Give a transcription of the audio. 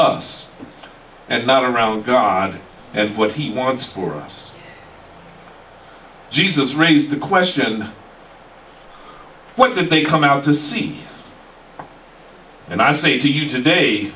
us and not around god as what he wants for us jesus raised the question what did they come out to see and i say to you today